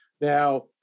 Now